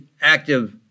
active